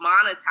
monetize